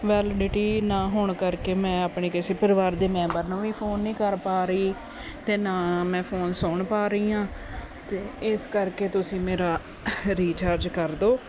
validity ਨਾ ਹੋਣ ਕਰਕੇ ਮੈਂ ਆਪਣੇ ਕਿਸੇ ਪਰਿਵਾਰ ਦੇ ਮੈਂਬਰ ਨੂੰ ਵੀ ਫੋਨ ਨਹੀਂ ਕਰ ਪਾ ਰਹੀ ਅਤੇ ਨਾ ਮੈਂ ਫੋਨ ਸੁਣ ਪਾ ਰਹੀ ਹਾਂ ਅਤੇ ਇਸ ਕਰਕੇ ਤੁਸੀਂ ਮੇਰਾ ਰੀਚਾਰਜ ਕਰ ਦਿਓ